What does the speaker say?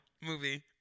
movie